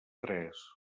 tres